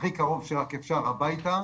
הכי קרוב שרק אפשר הביתה,